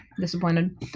disappointed